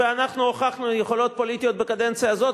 ואנחנו הוכחנו יכולות פוליטיות בקדנציה הזאת,